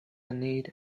need